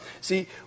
See